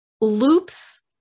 Loops